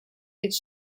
its